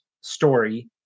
story